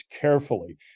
carefully